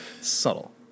subtle